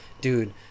dude